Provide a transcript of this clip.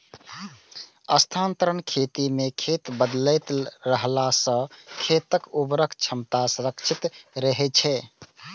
स्थानांतरण खेती मे खेत बदलैत रहला सं खेतक उर्वरक क्षमता संरक्षित रहै छै